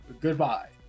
goodbye